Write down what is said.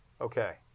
Okay